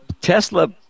Tesla